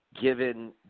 given